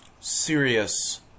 serious